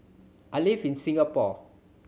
I live in Singapore